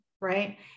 right